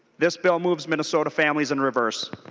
this bill moves minnesota families in reverse.